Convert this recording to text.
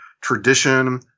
tradition